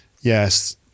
Yes